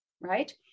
right